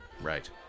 Right